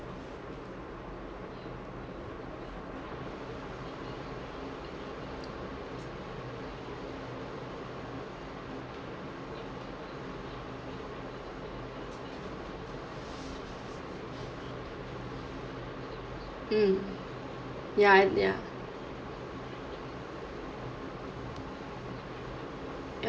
mm ya ya